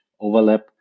overlap